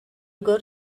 got